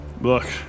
Look